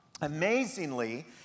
Amazingly